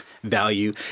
Value